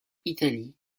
italie